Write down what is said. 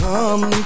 Come